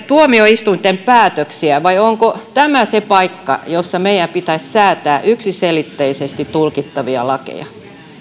tuomioistuinten päätöksiä vai onko tämä se paikka jossa meidän pitäisi säätää yksiselitteisesti tulkittavia lakeja